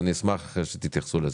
אשמח שתתייחסו לזה.